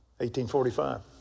1845